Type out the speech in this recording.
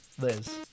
Liz